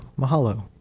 Mahalo